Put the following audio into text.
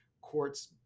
courts